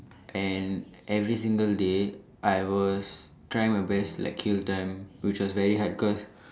and every single day I will try my best to like kill time which was very hard because